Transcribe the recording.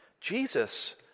Jesus